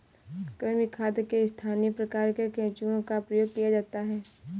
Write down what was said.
कृमि खाद में स्थानीय प्रकार के केंचुओं का प्रयोग किया जाता है